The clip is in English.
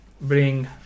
bring